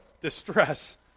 Distress